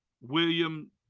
William